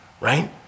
right